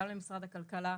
גם למשרד הכלכלה,